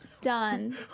done